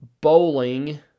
bowling